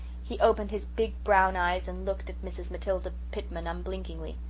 he opened his big brown eyes and looked at mrs. matilda pitman unblinkingly.